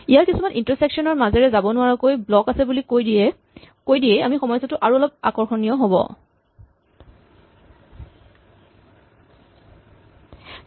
ইয়াৰ কিছুমান ইন্টাৰছেকচন ৰ মাজেৰে যাব নোৱাৰাকৈ ব্লক আছে বুলি কৈ দিলে সমস্যাটো আৰু অলপ আকৰ্ষণীয় হ'ব